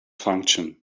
function